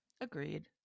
Agreed